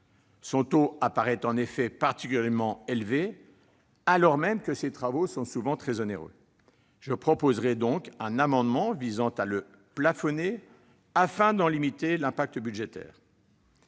Son taux apparaît en effet particulièrement élevé, alors même que ces travaux sont bien souvent très onéreux. Je proposerai donc un amendement visant à le plafonner, afin d'en limiter l'impact budgétaire.